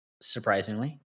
surprisingly